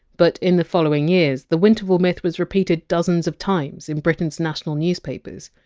but in the following years, the winterval myth was repeated dozens of times in britain's national newspapers.